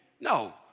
No